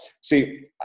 see